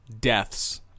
deaths